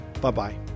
Bye-bye